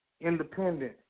independent